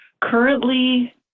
currently